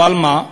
אבל מה?